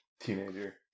teenager